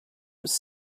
was